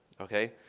Okay